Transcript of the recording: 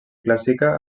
clàssica